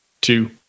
two